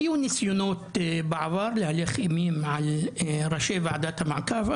היו ניסיונות בעבר להלך אימים על ראשי ועדת המעקב,